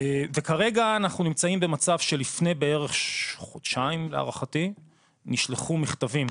כרגע אנחנו נמצאים במצב שלפני בערך חודשיים להערכתי נשלחו מכתבים,